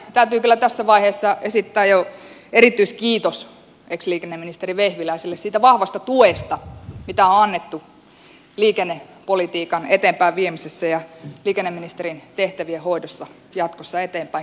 täytyy kyllä tässä vaiheessa esittää jo erityiskiitos ex liikenneministeri vehviläiselle siitä vahvasta tuesta mitä on annettu liikennepolitiikan eteenpäin viemisessä ja liikenneministerin tehtävien hoidossa jatkossa eteenpäin